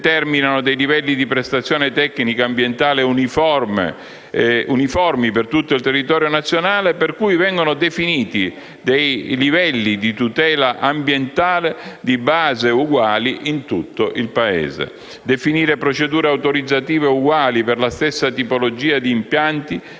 determinano livelli di prestazione tecnica ambientale uniformi per tutto il territorio nazionale, per cui vengono definiti livelli di tutela ambientale di base, uguali in tutto il Paese. Definire procedure autorizzative uguali per la stessa tipologia di impianti